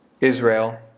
Israel